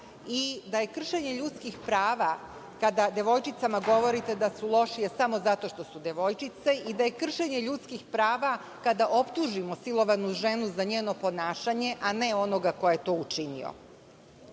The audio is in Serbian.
i da je kršenje ljudskih prava kada devojčicama govorite da su lošije samo zato što su devojčice i da je kršenje ljudskih prava kada optužimo silovanu ženu za njeno ponašanje, a ne onoga ko je to učinio.U